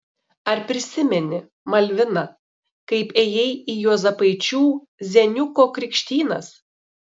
ar prisimeni malvina kaip ėjai į juozapaičių zeniuko krikštynas